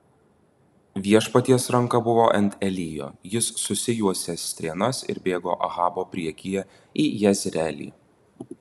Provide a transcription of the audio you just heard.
viešpaties ranka buvo ant elijo jis susijuosė strėnas ir bėgo ahabo priekyje į jezreelį